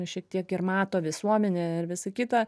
šiek tiek ir mato visuomenė ir visa kita